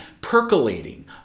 percolating